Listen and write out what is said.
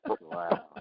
Wow